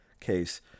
case